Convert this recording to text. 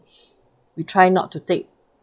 we try not to take